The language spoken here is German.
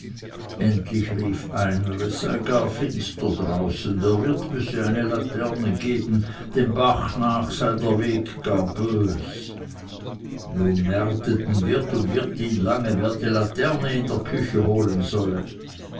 endlich rief einer es sei gar finster draußen der wirt müsse eine laterne geben dem bach nach sei der weg gar bös nun märteten wirt und wirtin lange wer die laterne in der küche holen solle